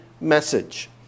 message